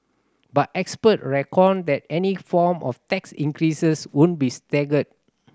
but expert reckoned that any form of tax increases would be staggered